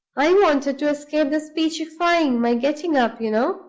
i wanted to escape the speechifying my getting up, you know,